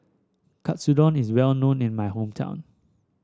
Katsudon is well known in my hometown